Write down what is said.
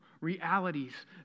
realities